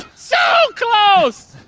so close!